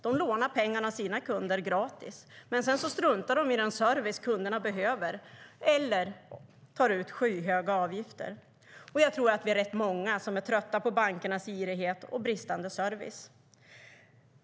De lånar pengar av sina kunder, gratis, men struntar sedan i den service kunderna behöver - eller tar ut skyhöga avgifter. Jag tror att vi är rätt många som är trötta på bankernas girighet och bristande service.